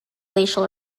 glacial